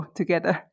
together